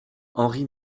henri